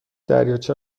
دریاچه